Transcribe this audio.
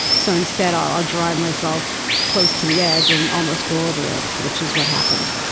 so instead i'll drive myself close to the edge and almost go over it. which is what happened.